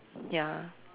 ya